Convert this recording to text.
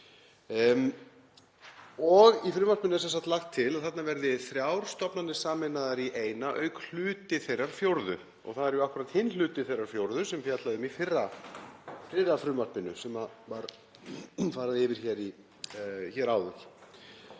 Í frumvarpinu er lagt til að þarna verði þrjár stofnanir sameinaðar í eina, auk hluta þeirrar fjórðu og það er jú akkúrat hinn hluti þeirrar fjórðu sem er fjallað um í fyrra frumvarpinu sem var farið yfir hér áður.